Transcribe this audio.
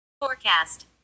Forecast